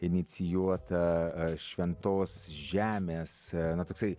inicijuotą šventos žemės na toksai